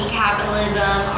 capitalism